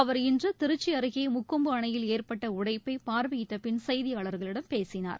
அவர் இன்று திருச்சி அருகே முக்கொம்பு அணையில் ஏற்பட்ட உடைப்பை பார்வையிட்ட பின் செய்தியாளர்களிடம் பேசினார்